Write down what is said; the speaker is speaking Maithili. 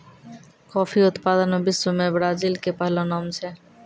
कॉफी उत्पादन मॅ विश्व मॅ ब्राजील के पहलो नाम छै